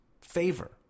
favor